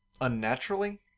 unnaturally